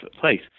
place